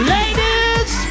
Ladies